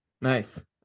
nice